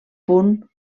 punt